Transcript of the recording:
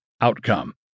outcome